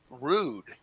rude